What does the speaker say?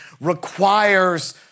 requires